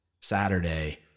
Saturday